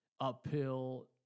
uphill